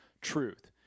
truth